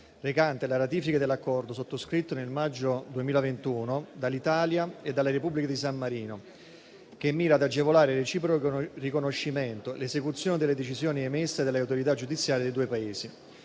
recante la ratifica dell'Accordo sottoscritto nel maggio 2021 dall'Italia e dalla Repubblica di San Marino, che mira ad agevolare il reciproco riconoscimento e l'esecuzione delle decisioni emesse dalle autorità giudiziarie dei due Paesi,